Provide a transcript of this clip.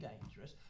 dangerous